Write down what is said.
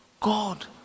God